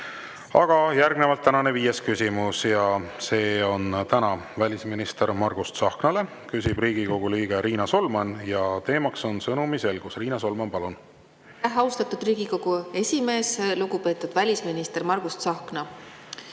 Järgnevalt tänane viies küsimus. See on välisminister Margus Tsahknale, küsib Riigikogu liige Riina Solman ja teema on sõnumiselgus. Riina Solman, palun! Aitäh, austatud Riigikogu esimees! Lugupeetud välisminister Margus Tsahkna!